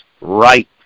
right